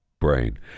brain